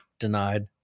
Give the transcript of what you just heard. Denied